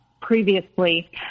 previously